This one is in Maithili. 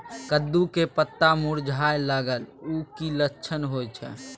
कद्दू के पत्ता मुरझाय लागल उ कि लक्षण होय छै?